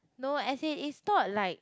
no as in is thought like